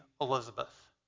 Elizabeth